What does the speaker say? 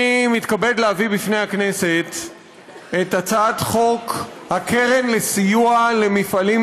אני מתכבד להביא בפני חברי הכנסת את הצעת חוק הקרן לסיוע למפעלים